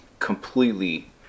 completely